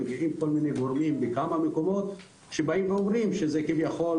מגיעים כל מיני גורמים בכמה מקומות שבאים ואומרים שזה כביכול,